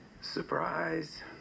Surprise